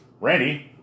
Randy